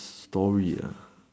story ah